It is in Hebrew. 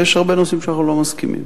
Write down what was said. ויש הרבה נושאים שאנחנו לא מסכימים,